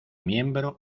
miembro